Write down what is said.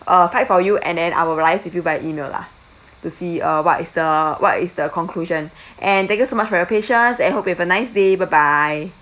uh fight for you and then I will liaise with you via email lah to see uh what is the what is the conclusion and thank you so much for your patience and hope you have a nice day bye bye